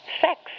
sex